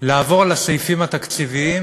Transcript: על הסעיפים התקציביים